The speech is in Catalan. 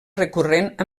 recurrent